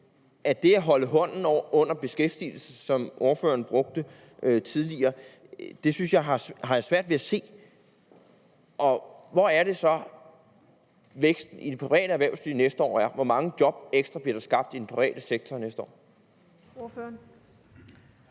til det at holde hånden under beskæftigelsen – et udtryk, som ordføreren brugte tidligere – har jeg svært ved at se det ske. Hvor er det så, at væksten i det private erhvervsliv er næste år? Hvor mange ekstra job bliver der skabt i den private sektor næste år?